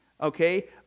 Okay